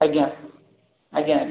ଆଜ୍ଞା ଆଜ୍ଞା